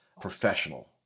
professional